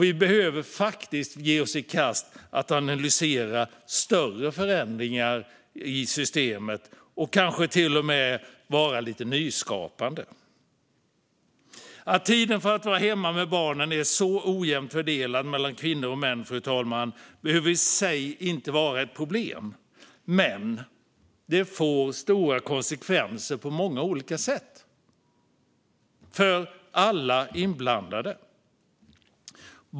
Vi behöver ge oss i kast med att analysera större förändringar i systemet och kanske till och med vara lite nyskapande. Att tiden man är hemma med barnen är så ojämnt fördelad mellan kvinnor och män, fru talman, behöver i sig inte vara ett problem. Men det får stora konsekvenser på många olika sätt för alla inblandade.